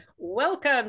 Welcome